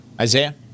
Isaiah